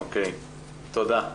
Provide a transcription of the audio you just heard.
תודה.